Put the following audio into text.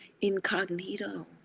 incognito